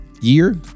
year